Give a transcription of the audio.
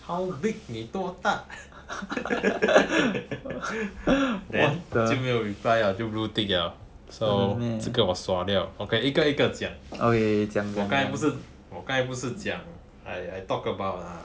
how big 你多大 then 就没有 reply liao just blue tick liao so 这个我 sua liao okay 一个一个讲我刚才不是讲 I I talk about err